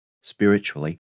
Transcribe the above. spiritually